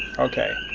okay.